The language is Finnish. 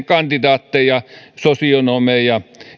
kandidaatteja sosionomeja